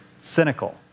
cynical